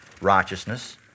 righteousness